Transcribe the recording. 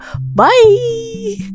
Bye